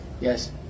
Yes